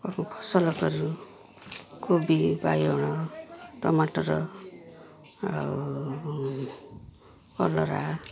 ଫସଲ କରିବୁ କୋବି ବାଇଗଣ ଟମାଟର ଆଉ କଲରା